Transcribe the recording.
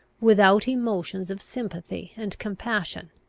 without emotions of sympathy and compassion.